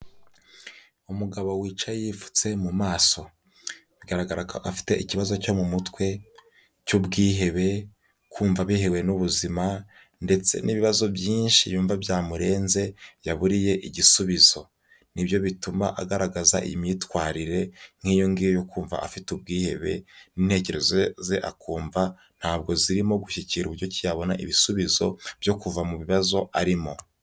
Umugabo wicaye yipfutse mu maso. Bigaragara ko afite ikibazo cyo mu mutwe cy'ubwihebe, kumva abihiwe n'ubuzima ndetse n'ibibazo byinshi yumva byamurenze yaburiye igisubizo. Ni byo bituma agaragaza imyitwarire nk'iyo ngiyo yo kumva afite ubwihebe intekerezo ze akumva ntabwo zirimo gushyigikira uburyo ki yabona ibisubizo byo kuva mu bibazo arimo.